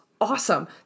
awesome